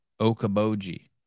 Okaboji